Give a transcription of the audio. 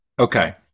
Okay